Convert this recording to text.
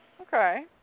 Okay